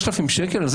3,000 שקל?